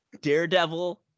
Daredevil